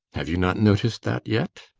have you not noticed that yet?